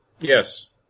Yes